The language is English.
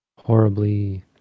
horribly